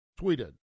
tweeted